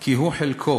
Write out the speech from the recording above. כי הוא חלקו